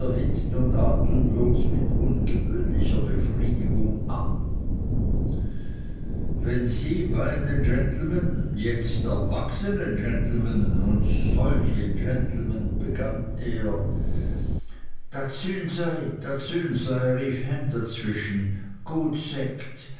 erhitzt und atemlos mit ungewöhnlicher befriedigung an wenn sie beide genlmn jetzt erwachsene genlmn und solche genlmn begann er dat sün sej dat sün sej rief ham dazwischen gut